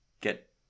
get